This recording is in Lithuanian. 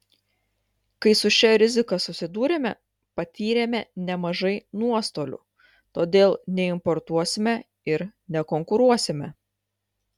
kai su šia rizika susidūrėme patyrėme nemažai nuostolių todėl neimportuosime ir nekonkuruosime